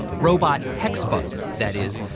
robot hexbugs that is.